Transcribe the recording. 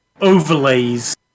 overlays